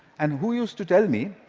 and who used to tell me,